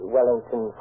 Wellington